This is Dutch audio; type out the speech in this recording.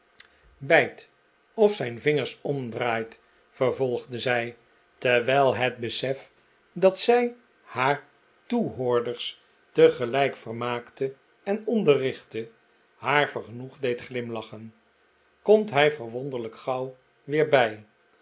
uitbijt of zijn vingers omdraait vervolgde zij terwijl het besef dat zij haar toehoorders tegelijk vermaakte en onderrichtte haar vergenoegd deed glimlachen komt hij verwonderlijk gauw weer bij